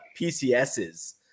PCSs